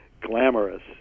glamorous